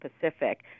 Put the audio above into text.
Pacific